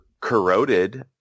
corroded